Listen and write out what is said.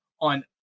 on